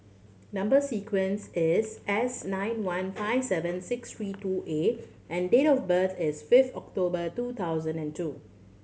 number sequence is S nine one five seven six three two A and date of birth is five October two thousand and two